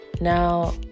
Now